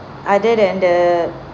other than the